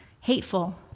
hateful